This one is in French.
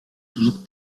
toujours